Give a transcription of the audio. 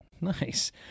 Nice